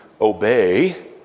obey